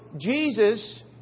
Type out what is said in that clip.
Jesus